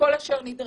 לכל מה שנדרש,